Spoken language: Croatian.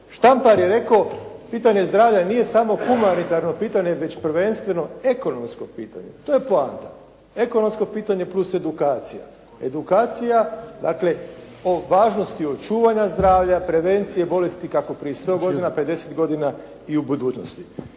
Štampar je rekao pitanje zdravlja nije samo humanitarno pitanje već prvenstveno ekonomsko pitanje. To je poanta. Ekonomsko pitanje plus edukacija. Edukacija, dakle po važnosti očuvanja zdravlja, prevencije bolesti kako prije sto godina, 50 godina i u budućnosti.